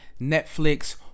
Netflix